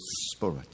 spirit